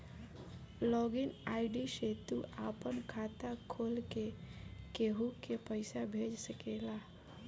log in ID से तू आपन खाता खोल के केहू के पईसा भेज सकेला